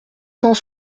cent